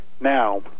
Now